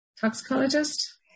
toxicologist